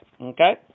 Okay